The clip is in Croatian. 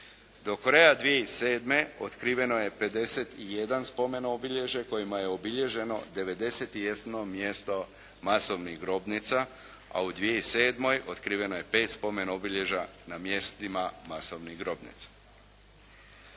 Do kraja 2007. otkriveno je 51 spomen obilježje kojima je obilježeno 91 mjesto masovnih grobnica, a u 2007. otkriveno je 5 spomen obilježja na mjestima masovnih grobnica.